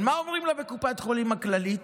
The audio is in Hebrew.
אבל מה אומרים לה בקופת חולים כללית?